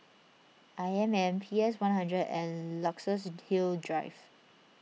I M M P S one hundred and Luxus Hill Drive